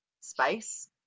space